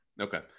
okay